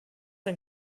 ein